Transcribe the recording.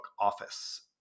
Office